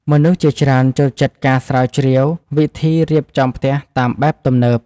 មនុស្សជាច្រើនចូលចិត្តការស្រាវជ្រាវវិធីរៀបចំផ្ទះតាមបែបទំនើប។